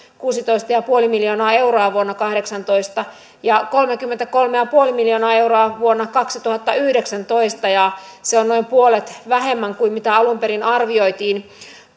kuusitoista pilkku viisi miljoonaa euroa vuonna kahdeksantoista ja kolmekymmentäkolme pilkku viisi miljoonaa euroa vuonna kaksituhattayhdeksäntoista se on noin puolet vähemmän kuin mitä alun perin arvioitiin